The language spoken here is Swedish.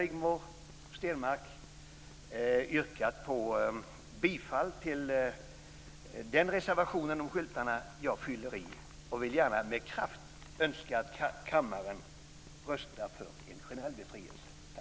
Rigmor Stenmark har redan yrkat bifall till reservationen om skyltarna, och jag fyller i. Jag önskar med kraft att kammaren röstar för en generell befrielse.